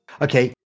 okay